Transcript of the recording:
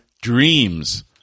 dreams